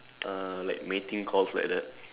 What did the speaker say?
uh like mating calls like that